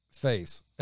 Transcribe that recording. face